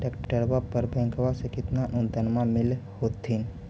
ट्रैक्टरबा पर बैंकबा से कितना अनुदन्मा मिल होत्थिन?